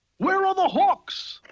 where are the hooks?